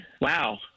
Wow